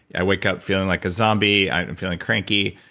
i wake up feeling like a zombie, i'm feeling cranky.